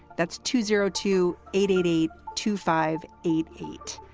that's two zero two eight eight eight two five eight eight.